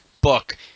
book